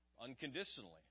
unconditionally